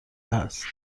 است